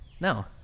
No